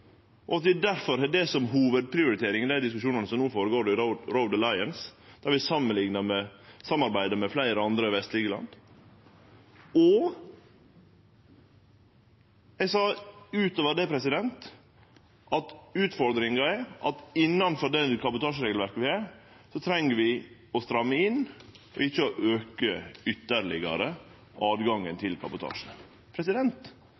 og at vi difor har det som hovudprioritering i dei diskusjonane som no går føre seg om Road Alliance, der vi samarbeider med fleire andre vestlege land. Og eg sa, ut over det, at utfordringa er at innanfor det kabotasjeregelverket vi har, treng vi å stramme inn, ikkje ytterlegare å auke